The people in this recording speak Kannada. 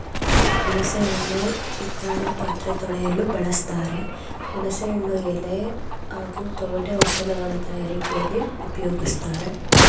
ಹುಣಸೆ ಹಣ್ಣು ಹಿತ್ತಾಳೆ ಪಾತ್ರೆ ತೊಳೆಯಲು ಬಳಸ್ತಾರೆ ಹುಣಸೆ ಹಣ್ಣು ಎಲೆ ಹಾಗೂ ತೊಗಟೆ ಔಷಧಗಳ ತಯಾರಿಕೆಲಿ ಉಪ್ಯೋಗಿಸ್ತಾರೆ